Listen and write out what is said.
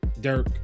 Dirk